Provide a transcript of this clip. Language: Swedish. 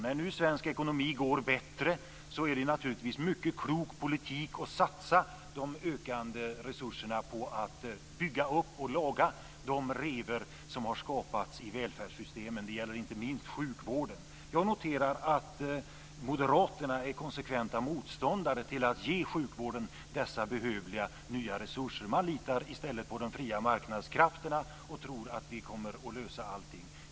När nu svensk ekonomi går bättre är det naturligtvis mycket klok politik att satsa de ökande resurserna på att bygga upp och laga de revor som har skapats i välfärdssystemen. Det gäller inte minst sjukvården. Jag noterar att moderaterna är konsekventa motståndare till att ge sjukvården dessa behövliga nya resurser. De litar i stället på de fria marknadskrafterna och tror att de kommer att lösa allting.